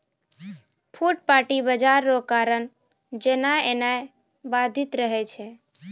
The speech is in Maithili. फुटपाटी बाजार रो कारण जेनाय एनाय बाधित रहै छै